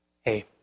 hey